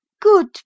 good